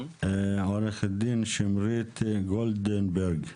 עו"ד שמרית גולדנברג,